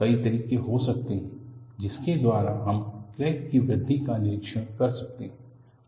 कई तरीके हो सकते हैं जिनके द्वारा हम क्रैक में वृद्धि का निरीक्षण कर सकते हैं